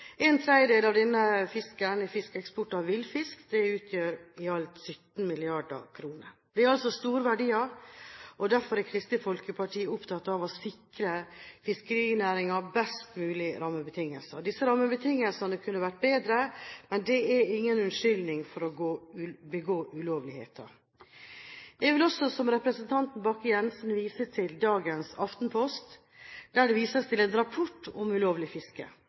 En tredjedel av denne fiskeeksporten er villfisk – det utgjør i alt 17 mrd. kr. Det er altså store verdier, og derfor er Kristelig Folkeparti opptatt av å sikre fiskerinæringen best mulige rammebetingelser. Disse rammebetingelsene kunne vært bedre, men det er ingen unnskyldning for å begå ulovligheter. Jeg vil også, som representanten Bakke-Jensen, vise til et oppslag i dagens Aftenposten, der det vises til en rapport om ulovlig fiske.